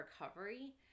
recovery